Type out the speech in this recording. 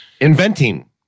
inventing